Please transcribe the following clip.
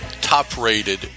top-rated